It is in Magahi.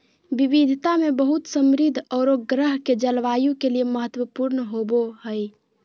विविधता में बहुत समृद्ध औरो ग्रह के जलवायु के लिए महत्वपूर्ण होबो हइ